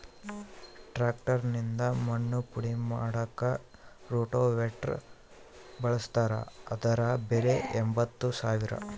tractor ನಿಂದ ಮಣ್ಣು ಪುಡಿ ಮಾಡಾಕ ರೋಟೋವೇಟ್ರು ಬಳಸ್ತಾರ ಅದರ ಬೆಲೆ ಎಂಬತ್ತು ಸಾವಿರ